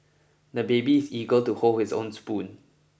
the baby is eager to hold his own spoon